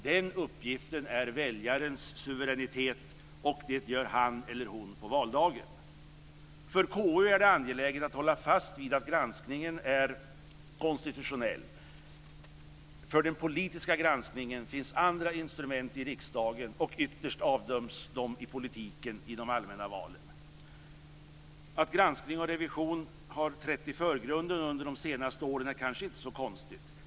Den uppgiften är väljarens suveränitet och den utför han eller hon på valdagen. För KU är det angeläget att hålla fast vid att granskningen är konstitutionell. För den politiska granskningen finns andra instrument i riksdagen och ytterst avdöms de i politiken i de allmänna valen. Att granskning och revision har trätt i förgrunden under de senaste åren är kanske inte så konstigt.